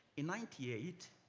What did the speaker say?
in ninety eight,